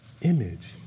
image